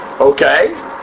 Okay